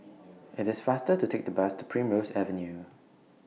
IT IS faster to Take The Bus to Primrose Avenue